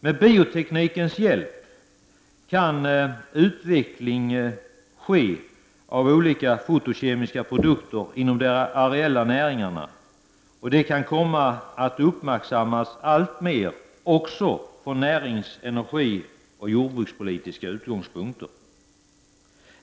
Med bioteknikens hjälp kan olika fytokemiska produkter utvecklas inom de areella näringarna, något som kan komma att uppmärksammas alltmer också från näringspolitiska, energipolitiska och jordbrukspolitiska utgångspunkter.